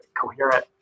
coherent